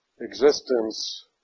existence